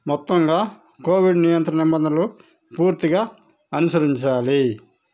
మొత్తంగా కోవిడ్ నియంత్రణ నిభందనలు పూర్తిగా అనుసరించాలి